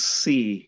see